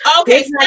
Okay